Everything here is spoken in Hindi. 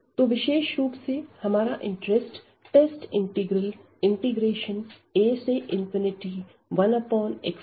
तो विशेष रूप से हमारा इंटरेस्ट टेस्ट इंटीग्रल a1xpdx में है